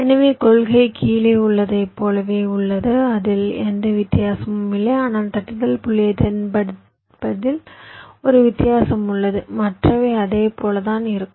எனவே கொள்கை கீழே உள்ளதைப் போலவே உள்ளது அதில் எந்த வித்தியாசமும் இல்லை ஆனால் தட்டுதல் புள்ளியைத் தேர்ந்தெடுப்பதில் ஒரே வித்தியாசம் உள்ளது மற்றவை அதே போல தான் இருக்கும்